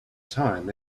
time